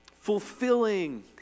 fulfilling